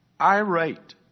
irate